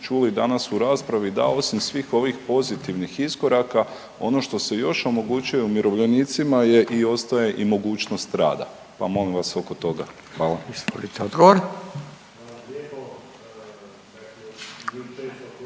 čuli danas u raspravi dal osim svih ovih pozitivnih iskoraka ono što se još omogućuje umirovljenicima je i ostaje i mogućnost rada, pa molim vas oko toga. Hvala.